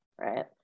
right